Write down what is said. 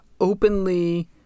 openly